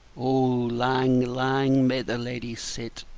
o lang, lang, may the ladies sit,